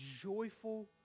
joyful